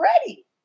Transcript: ready